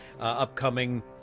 upcoming